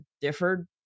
differed